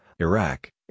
Iraq